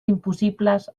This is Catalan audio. impossibles